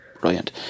Brilliant